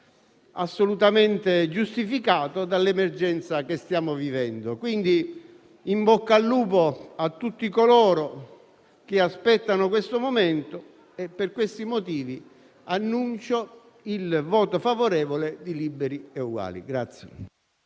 assolutamente giustificata dall'emergenza che stiamo vivendo. Quindi in bocca al lupo a tutti coloro che aspettano questo momento. Per questi motivi, annuncio il voto favorevole di Liberi e Uguali.